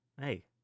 Hey